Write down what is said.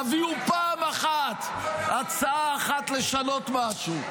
תביאו פעם אחת הצעה אחת לשנות משהו.